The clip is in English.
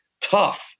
tough